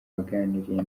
waganiriye